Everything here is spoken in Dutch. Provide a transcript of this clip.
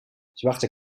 zwarte